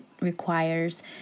requires